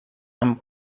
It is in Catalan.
amb